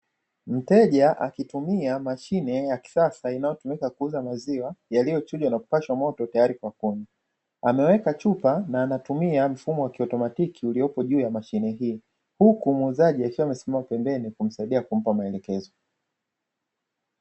Mteja akitumia mashine ya kisasa inayotumika kuuza maziwa yaliyochujwa na kupashwa moto tayari kwa kunywa, ameweka chupa na anatumia mfumo wa kiotomatiki uliopo juu ya mashine hii, huku muuzaji akiwa amesimama pembeni kumsaidia kumpa maelekezo.